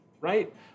right